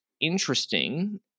interesting